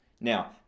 Now